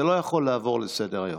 לא יכולים לעבור לסדר-היום.